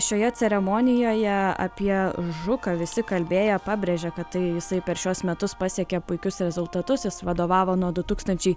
šioje ceremonijoje apie žuką visi kalbėję pabrėžė kad tai jisai per šiuos metus pasiekė puikius rezultatus jis vadovavo nuo du tūkstančiai